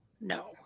no